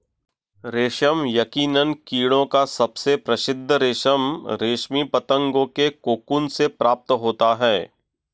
रेशम यकीनन कीड़ों का सबसे प्रसिद्ध रेशम रेशमी पतंगों के कोकून से प्राप्त होता है